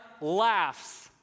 laughs